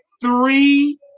three